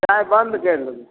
चाय बन्द कैरि देबै